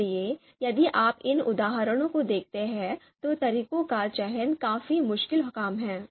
इसलिए यदि आप इन उदाहरणों को देखते हैं तो तरीकों का चयन काफी मुश्किल काम है